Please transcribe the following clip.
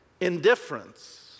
Indifference